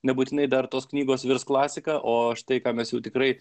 nebūtinai dar tos knygos virs klasika o štai ką mes jau tikrai